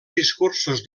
discursos